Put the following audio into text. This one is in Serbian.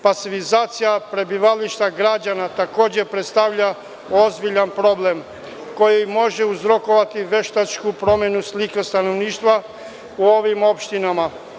Pasivizacija prebivališta građana takođe predstavlja ozbiljan problem koji može uzrokovati veštačku promenu slike stanovništva u ovim opštinama.